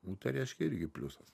nu tai reiškia irgi pliusas